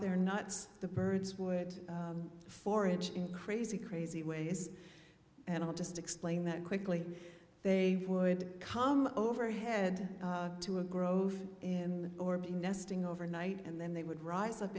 their nuts the birds would forage in crazy crazy way is and i'll just explain that quickly they would come over head to a growth and or be nesting overnight and then they would rise up